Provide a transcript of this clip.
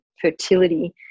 fertility